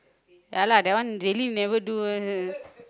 ya lah that one really never do